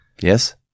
Yes